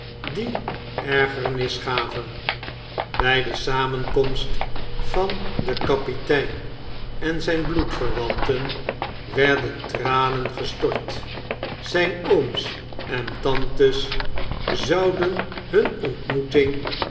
die ergernis gaven by de samenkomst van den kapitein en zjjn bloedverwanten werden tranen gestort zfln ooms en tantes zouden hun ontmoeting